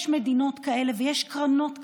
יש מדינות כאלה ויש קרנות כאלה,